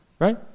Right